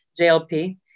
JLP